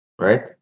right